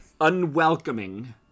unwelcoming